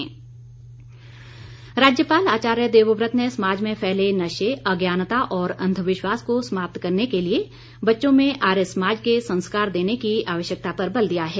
राज्यपाल राज्यपाल आचार्य देवव्रत ने समाज में फैले नशे अज्ञानता और अंधविश्वास को समाप्त करने के लिए बच्चों में आर्य समाज के संस्कार देने की आवश्यकता पर बल दिया है